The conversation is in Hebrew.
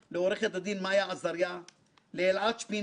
שליוו אותי לאורך כל הדרך.